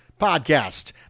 podcast